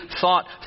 thought